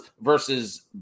versus